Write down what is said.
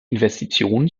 investitionen